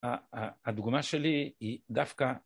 הדוגמה שלי היא דווקא